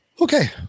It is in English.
Okay